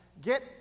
get